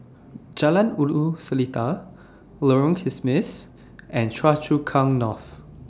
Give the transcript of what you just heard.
Jalan Ulu Seletar Lorong Kismis and Choa Chu Kang North